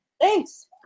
Thanks